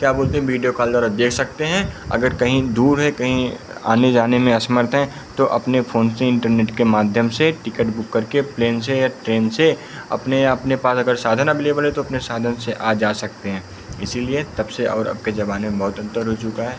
क्या बोलते हैं बीडियो कॉलर अब देख सकते हैं अगर कहीं दूर है कहीं आने जाने में असमर्थ हैं तो अपने फ़ोन से इन्टरनेट के माध्यम से टिकट बुक करके प्लेन से या ट्रेन से अपने या अपने पास अगर साधन अबेलेबल है तो अपने साधन से आ जा सकते हैं इसीलिए तब से और अब के ज़माने में बहुत अन्तर हो चुका है